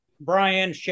brian